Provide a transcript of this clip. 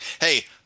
Hey